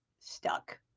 Stuck